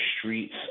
streets